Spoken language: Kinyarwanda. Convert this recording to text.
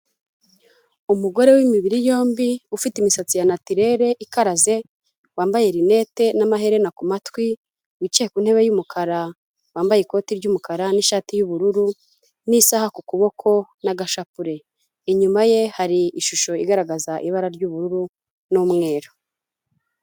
Umugore w'imibiri yombi ufite imisatsi ya natirere ikaraze, wambaye rinete n'amaherena ku matwi, wicaye ku ntebe y'umukara, wambaye ikoti ry'umukara n'ishati y'ubururu n'isaaha ku kuboko n'agashapure, inyuma ye hari ishusho igaragaza ibara ry'ubururu n'umweru.